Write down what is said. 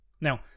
Now